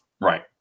right